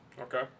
Okay